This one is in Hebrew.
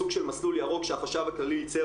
סוג של מסלול ירוק שהחשב הכללי עיצב,